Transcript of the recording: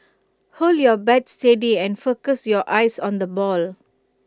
hold your bat steady and focus your eyes on the ball